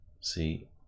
See